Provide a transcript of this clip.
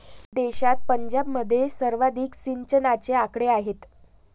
देशात पंजाबमध्ये सर्वाधिक सिंचनाचे आकडे आहेत